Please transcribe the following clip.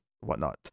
whatnot